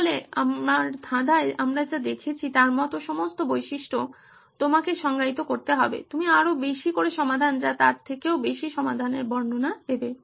তাহলে আমার ধাঁধায় আমরা যা দেখেছি তার মতো সমস্ত বৈশিষ্ট্য তোমাকে সংজ্ঞায়িত করতে হবে তুমি আরো বেশি করে সমাধান যা তার থেকেও বেশি সমাধানের বর্ণনা দেবে